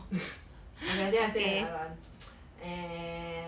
okay I think I say another [one] err